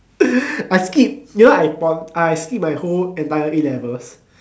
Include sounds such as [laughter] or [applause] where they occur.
[breath] I skip you know I pon I skip my entire A-levels